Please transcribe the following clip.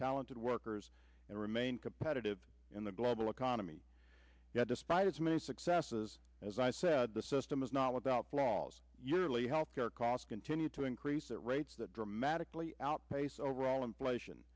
talented workers and remain competitive in the global economy yet despite its many successes as i said the system is not without flaws yearly health care costs continue to increase at rates that dramatically outpace overall inflation